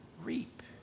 reap